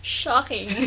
shocking